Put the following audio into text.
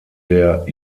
der